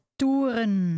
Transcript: toeren